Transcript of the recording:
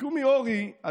ובקומי אורי,